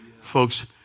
Folks